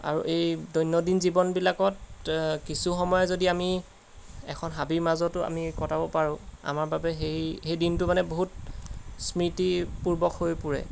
আৰু এই দৈনদিন জীৱনবিলাকত কিছু সময় যদি আমি এখন হাবিৰ মাজতো আমি কটাব পাৰোঁ আমাৰ বাবে সেই সেই দিনটো মানে বহুত স্মৃতি পূৰ্বক হৈ পৰে